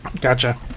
Gotcha